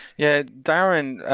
yeah, darrin,